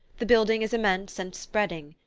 the building is immense and spreading,